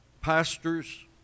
Pastors